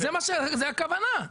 זאת הכוונה.